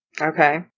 Okay